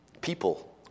People